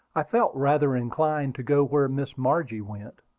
i felt rather inclined to go where miss margie went,